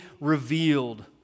revealed